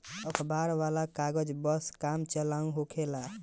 अखबार वाला कागज बस काम चलाऊ होखेला